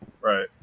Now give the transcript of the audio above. Right